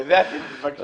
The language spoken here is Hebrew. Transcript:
בזה אתם מבקשים.